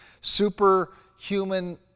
superhuman